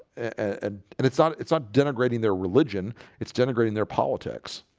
ah and it's not it's not denigrating their religion its denigrating their politics